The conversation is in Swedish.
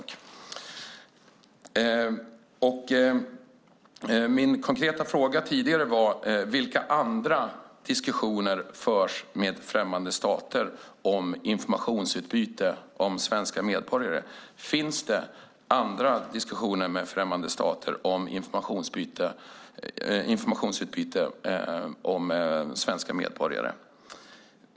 Min konkreta fråga tidigare var: Förs det några andra diskussioner med främmande stater om informationsutbyte om svenska medborgare?